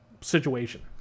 situation